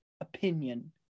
opinion